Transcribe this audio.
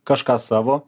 kažką savo